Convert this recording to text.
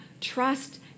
trust